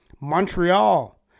Montreal